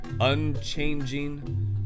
unchanging